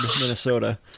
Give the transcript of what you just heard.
Minnesota